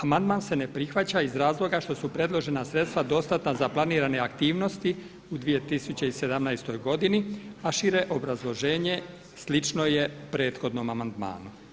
Amandman se ne prihvaća iz razloga što su predložena sredstva dostatna za planirane aktivnosti u 2017. godini, a šire obrazloženje slično je prethodnom amandmanu.